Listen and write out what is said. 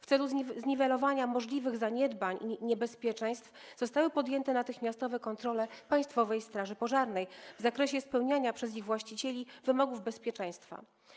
W celu zniwelowania możliwych zaniedbań i niebezpieczeństw zostały podjęte natychmiastowe kontrole tych obiektów przez Państwową Straż Pożarną w zakresie spełniania przez ich właścicieli wymogów bezpieczeństwa.